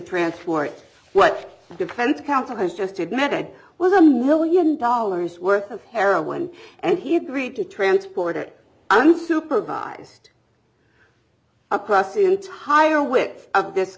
transport what defense counsel has just admitted was a million dollars worth of heroin and he agreed to transport it unsupervised across the entire width of this